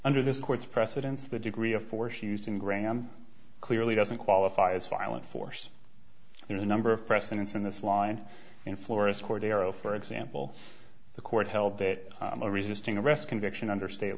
under this court's precedents the degree of force used in gran clearly doesn't qualify as violent force there is a number of precedents in this line in florist court arrow for example the court held that a resisting arrest conviction under state